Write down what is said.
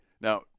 Now